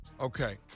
Okay